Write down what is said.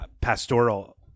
pastoral